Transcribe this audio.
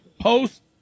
post